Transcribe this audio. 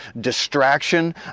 distraction